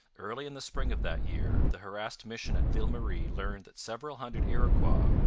early in the spring of that year the harassed mission at ville marie learned that several hundred iroquois,